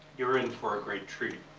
you're in for a great treat.